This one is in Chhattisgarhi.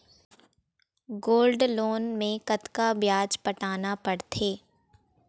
गोल्ड लोन मे कतका ब्याज पटाना पड़थे?